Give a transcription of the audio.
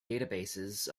databases